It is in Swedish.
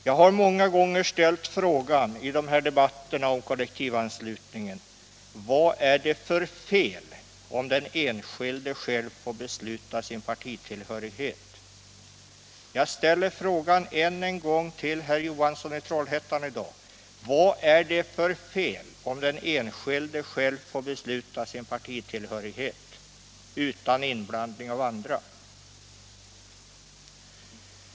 Jag har många gånger ställt frågan i de här debatterna om kollektivanslutningen — och jag ställer den än en gång till herr Johansson i Trollhättan i dag: Vad är det för fel om den enskilde själv får besluta sin partitillhörighet utan inblandning av andra?